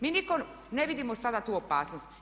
Mi nitko ne vidimo sada tu opasnost.